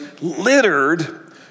littered